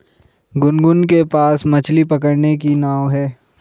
गुनगुन के पास मछ्ली पकड़ने की नाव है